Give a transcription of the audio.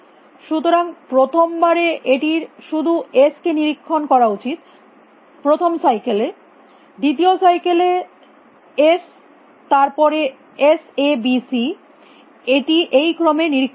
সুতরাং প্রথম বারে এটি র শুধু এস কে নিরীক্ষণ করা উচিত প্রথম সাইকেলে দ্বিতীয় সাইকেলে সেকেন্ড cycle এস তার পরে এস এ বি সি এটি এই ক্রমেই নিরীক্ষণ করবে